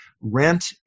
rent